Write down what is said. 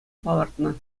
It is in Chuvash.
палӑртнӑ